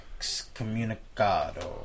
Excommunicado